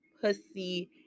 pussy